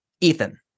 ethan